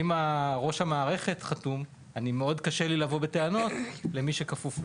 ראש המערכת חתום לי מאוד קשה לבוא בטענות למי שכפוף לו.